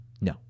No